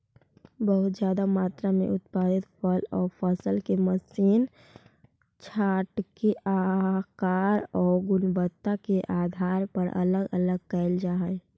बहुत ज्यादा मात्रा में उत्पादित फल आउ फसल के मशीन से छाँटके आकार आउ गुणवत्ता के आधार पर अलग अलग कैल जा हई